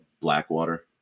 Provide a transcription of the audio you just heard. Blackwater